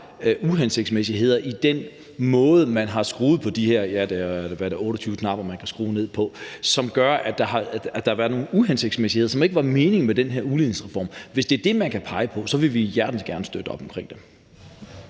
skruet på de her 28 knapper på – jeg tror, det er 28 knapper, som man kan skrue på. Det har gjort, at der har været nogle uhensigtsmæssigheder, som ikke var meningen med den her udligningsreform. Hvis det er det, man kan pege på, så vil vi hjertens gerne støtte op omkring det.